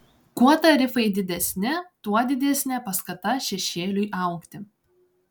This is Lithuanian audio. kuo tarifai didesni tuo didesnė paskata šešėliui augti